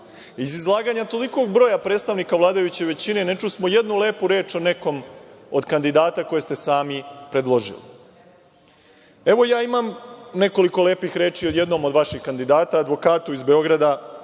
Iz izlaganja tolikog broja predstavnika vladajuće većine ne čusmo jednu lepu reč o nekom od kandidata koje ste sami predložili. Evo ja imam nekoliko lepih reči o jednom od vaših kandidata, advokatu iz Beograda,